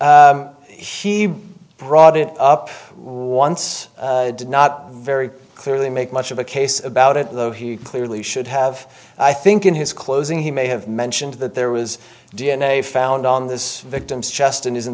t she brought it up once did not very clearly make much of a case about it though he clearly should have i think in his closing he may have mentioned that there was d n a found on this victim's chest and isn't